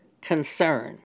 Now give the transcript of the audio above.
concern